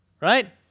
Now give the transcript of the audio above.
right